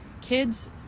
kids